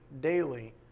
daily